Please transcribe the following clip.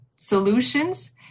solutions